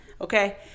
Okay